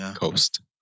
coast